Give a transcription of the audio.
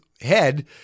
head